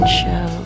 show